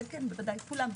כולם.